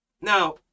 Now